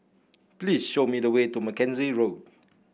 please show me the way to Mackenzie Road